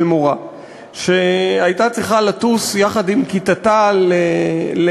של מורה שהייתה צריכה לטוס יחד עם כיתתה לאילת,